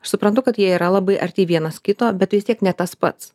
aš suprantu kad jie yra labai arti vienas kito bet vis tiek ne tas pats